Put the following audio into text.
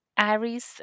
Aries